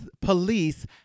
police